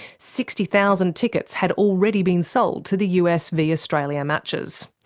sixty thousand tickets had already been sold to the us v australia matches.